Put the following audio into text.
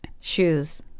Shoes